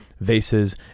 vases